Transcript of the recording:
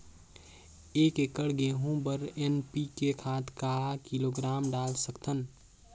एक एकड़ गहूं बर एन.पी.के खाद काय किलोग्राम डाल सकथन?